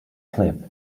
clip